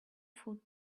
food